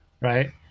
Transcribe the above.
Right